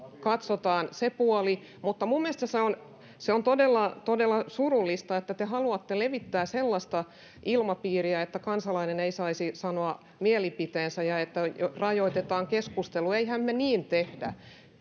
katsomme sen puolen mutta minun mielestäni se on se on todella todella surullista että te haluatte levittää sellaista ilmapiiriä että kansalainen ei saisi sanoa mielipidettänsä ja rajoitetaan keskustelua emmehän me niin tee